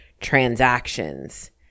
transactions